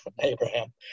Abraham